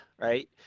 right